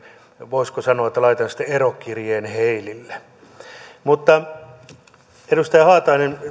voisiko sanoa että laitan sitten erokirjeen heilille edustaja haatainen